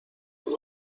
تیم